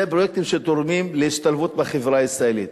זה פרויקטים שתורמים להשתלבות בחברה הישראלית.